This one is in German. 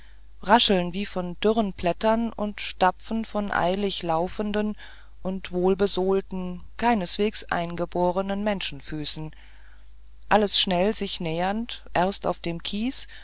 rascheln wie von dürren blättern und stampfen von eilig laufenden und wohlversohlten keineswegs eingeborenen menschenfüßen alles schnell sich nähernd erst auf dem kies